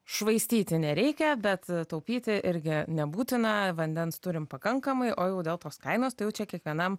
švaistyti nereikia bet taupyti irgi nebūtina vandens turim pakankamai o jau dėl tos kainos tai jau čia kiekvienam